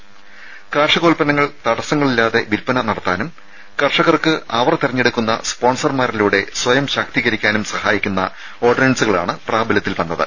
രാഷ്ട്രപതി കാർഷികോല്പന്നങ്ങൾ തടസ്സങ്ങളില്ലാതെ വിൽപ്പന നടത്താനും കർഷകർക്ക് അവർ തെരഞ്ഞെടുക്കുന്ന സ്പോൺസർമാരിലൂടെ സ്വയം ശാക്തീകരിക്കാനും സഹായിക്കുന്ന ഓർഡിനൻസുകളാണ് പ്രാബല്യത്തിൽ വന്നത്